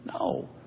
No